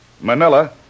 Manila